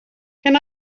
can